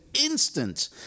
instant